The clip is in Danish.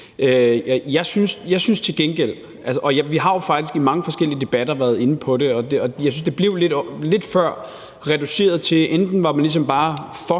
Jeg synes til gengæld – vi har jo faktisk i mange forskellige debatter været inde på det – at det før lidt blev reduceret til, at enten er man ligesom bare for